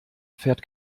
fährt